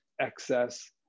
excess